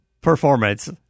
performance